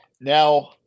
now